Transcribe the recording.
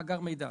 מאגר מידע,